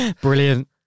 Brilliant